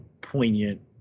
poignant